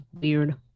weird